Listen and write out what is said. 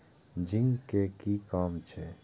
Zinc के कि काम छै?